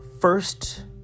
first